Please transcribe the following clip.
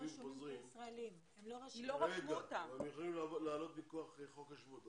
תושבים חוזרים יכולים לעלות מכוח חוק השבות,